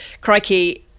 crikey